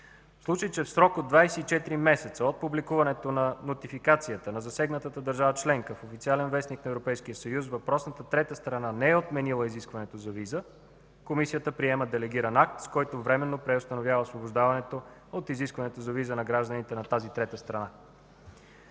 В случай, че в срок от 24 месеца от публикуването на нотификацията на засегнатата държава членка в „Официален вестник” на Европейския съюз, въпросната трета страна не е отменила изискването за виза, Комисията приема делегиран акт, с който временно преустановява освобождаването от изискването за виза на гражданите на тази трета страна.